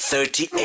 Thirty